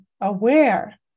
aware